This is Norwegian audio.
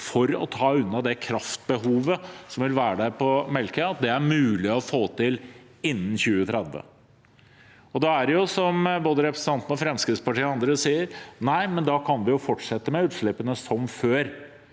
for å ta unna det kraftbehovet som vil være på Melkøya, er mulig å få til innen 2030. Da er det som representanten fra Fremskrittspartiet og andre sier, at da kan vi jo fortsette med utslippene fra